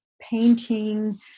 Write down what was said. painting